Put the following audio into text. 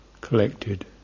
collected